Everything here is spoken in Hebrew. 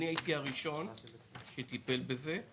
אני הייתי הראשון שטיפל בנושא הזה.